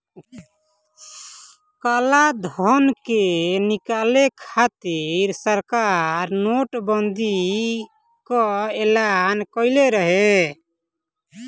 कालाधन के निकाले खातिर सरकार नोट बंदी कअ एलान कईले रहे